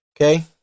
Okay